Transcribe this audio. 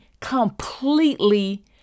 completely